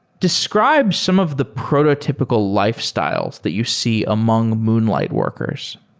describe some of the prototypical lifestyles that you see among moonlight workers